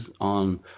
on